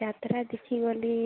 ଯାତ୍ରା ଦେଖିଗଲି